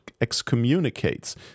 excommunicates